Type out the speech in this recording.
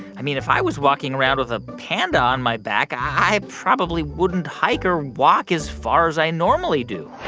i mean, if i was walking around with a panda on my back, i probably wouldn't hike or walk as far as i normally do